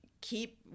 keep